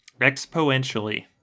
exponentially